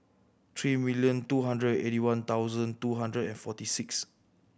three million two hundred and eighty one thousand two hundred and forty six